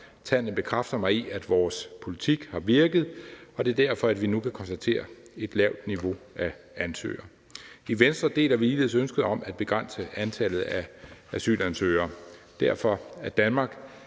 Tallene bekræfter mig i, at vores politik har virket, og at det er derfor, vi nu kan konstatere et lavt niveau af ansøgere. I Venstre deler vi ligeledes ønsket om at begrænse antallet af asylansøgere. Bl.a. derfor er Danmark